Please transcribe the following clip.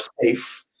safe